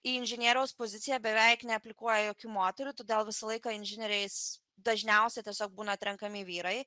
inžinieriaus pozicija beveik neaplikuoja jokių moterų todėl visą laiką inžinieriais dažniausiai tiesiog būna atrenkami vyrai